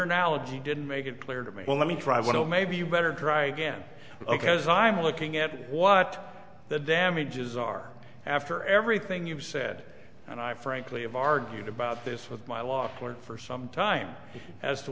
analogy didn't make it clear to me well let me try one or maybe you better try again ok as i'm looking at what the damages are after everything you've said and i frankly have argued about this with my law for some time as to